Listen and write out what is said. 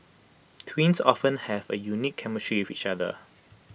twins often have A unique chemistry with each other